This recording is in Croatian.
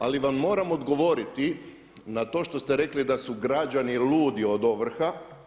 Ali vam moram odgovoriti na to što ste rekli da su građani ludi od ovrha.